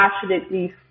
passionately